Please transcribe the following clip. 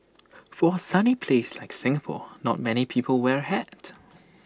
for A sunny place like Singapore not many people wear A hat